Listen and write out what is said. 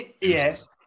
yes